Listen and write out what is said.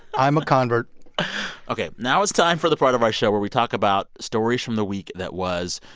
i'm a convert ok, now it's time for the part of our show where we talk about stories from the week that was.